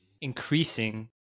increasing